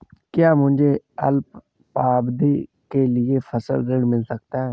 क्या मुझे अल्पावधि के लिए फसल ऋण मिल सकता है?